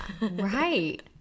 right